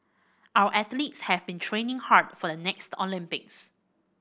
our athletes have been training hard for the next Olympics